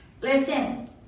Listen